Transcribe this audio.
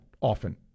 often